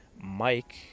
Mike